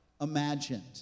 imagined